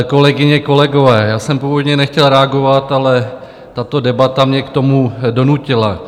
Kolegyně, kolegové, já jsem původně nechtěl reagoval, ale tato debata mě k tomu donutila.